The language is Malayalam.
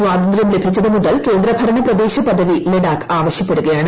സ്വാതന്ത്ര്യം ലഭിച്ചതു മുതൽ കേന്ദ്രഭരണ പ്രദേശ പദവി ലഡാക്ക് ആവശൃപ്പെടുകയാണ്